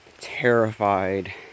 terrified